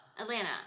Atlanta